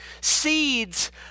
seeds